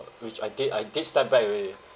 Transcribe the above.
which I did I did step back eh